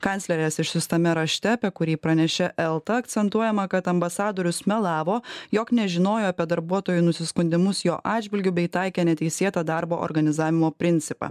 kanclerės išsiųstame rašte apie kurį pranešė elta akcentuojama kad ambasadorius melavo jog nežinojo apie darbuotojų nusiskundimus jo atžvilgiu bei taikė neteisėtą darbo organizavimo principą